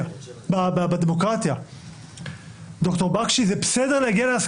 הזכרתי ששאלתי בנוכחות גור ובנוכחות רבים שאני מבקש לדעת אם יש